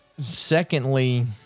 secondly